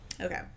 Okay